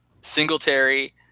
Singletary